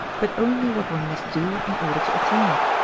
but only what one must do in order to attain it.